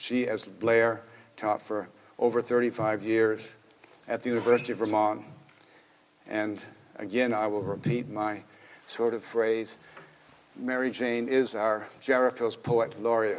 she has blair taught for over thirty five years at the university of vermont and again i will repeat my sort of phrase mary jane is our jericho's poet laur